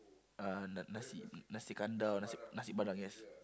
uh Na~ Nasi Nasi Kandar or Nasi Nasi Padang yes